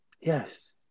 Yes